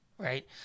Right